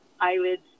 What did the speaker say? eyelids